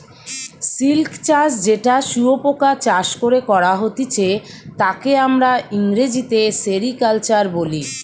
silk চাষ যেটা শুয়োপোকা চাষ করে করা হতিছে তাকে আমরা ইংরেজিতে সেরিকালচার বলি